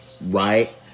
right